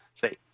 Say